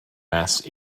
mass